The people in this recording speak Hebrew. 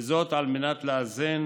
וזאת על מנת לאזן